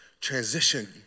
Transition